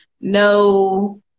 No